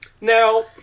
Now